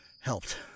helped